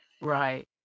right